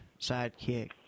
sidekick